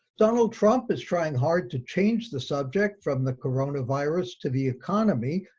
donald trump is trying hard to change the subject from the coronavirus to the economy,